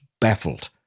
baffled